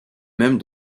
même